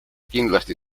kindlasti